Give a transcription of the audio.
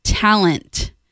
talent